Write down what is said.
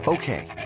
Okay